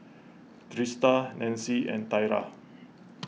Trista Nancie and Thyra